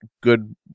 good